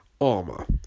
armor